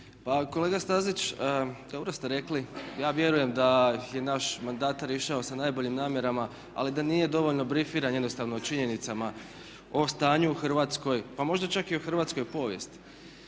kolega Stazić, dobro ste rekli ja vjerujem da je naš mandatar išao sa najboljim namjerama ali da nije dobro brifiran jednostavno činjenicama o stanju u Hrvatskoj, pa možda čak i o hrvatskoj povijesti.